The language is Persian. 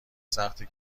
سخته